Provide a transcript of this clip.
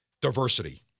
diversity